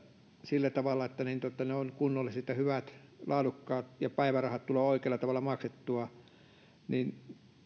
sillä tavalla että ne ovat kunnolliset hyvät ja laadukkaat ja päivärahat tulevat oikealla tavalla maksettua